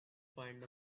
find